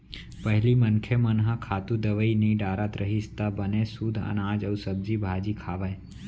पहिली मनखे मन ह खातू, दवई नइ डारत रहिस त बने सुद्ध अनाज अउ सब्जी भाजी खावय